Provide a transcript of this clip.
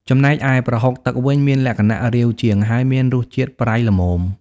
ចំណែកឯ ប្រហុកទឹក វិញ មានលក្ខណៈរាវជាង ហើយមានរសជាតិប្រៃល្មម។